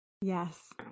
Yes